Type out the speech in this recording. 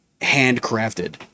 handcrafted